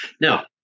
Now